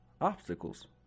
obstacles